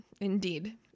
Indeed